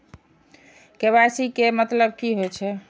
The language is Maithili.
के.वाई.सी के मतलब की होई छै?